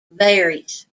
varies